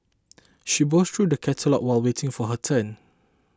she browsed through the catalogues while waiting for her turn